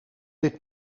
dit